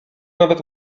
nawet